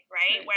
right